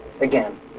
again